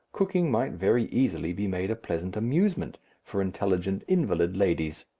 cooking might very easily be made a pleasant amusement for intelligent invalid ladies.